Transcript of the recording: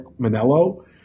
Manello